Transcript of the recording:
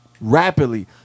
rapidly